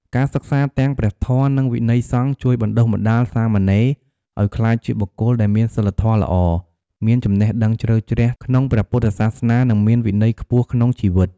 ការសិក្សាទាំងព្រះធម៌ និងវិន័យសង្ឃ ជួយបណ្តុះបណ្តាលសាមណេរឱ្យក្លាយជាបុគ្គលដែលមានសីលធម៌ល្អ មានចំណេះដឹងជ្រៅជ្រះក្នុងព្រះពុទ្ធសាសនា និងមានវិន័យខ្ពស់ក្នុងជីវិត។